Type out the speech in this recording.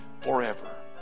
forever